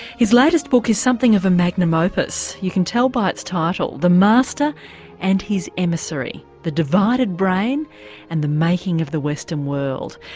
his latest book is something of a magnum opus, you can tell by its title, the master and his emissary the divided brain and the making of the western world.